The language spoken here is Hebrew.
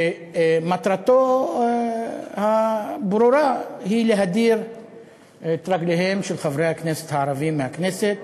שמטרתו הברורה היא להדיר את רגליהם של חברי הכנסת הערבים מהכנסת.